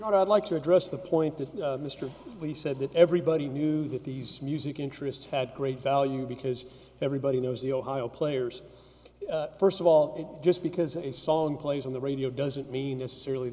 allah i'd like to address the point that mr lee said that everybody knew that these music interests had great value because everybody knows the ohio players first of all just because a song plays on the radio doesn't mean necessarily